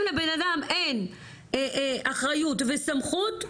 אם לבן אדם אין אחריות וסמכות,